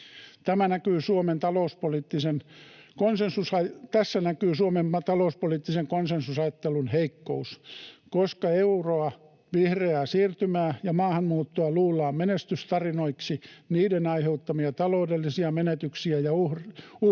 Tässä näkyy Suomen talouspoliittisen konsensusajattelun heikkous. Koska euroa, vihreää siirtymää ja maahanmuuttoa luullaan menestystarinoiksi, niiden aiheuttamia taloudellisia menetyksiä ja uhkia